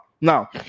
Now